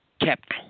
kept